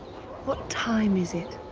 what time is it?